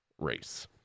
race